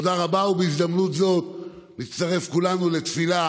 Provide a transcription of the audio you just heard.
תודה רבה, ובהזדמנות זו נצטרף כולנו לתפילה